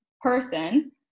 person